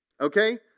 Okay